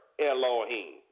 Elohim